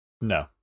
No